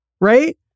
right